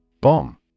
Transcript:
Bomb